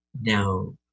Now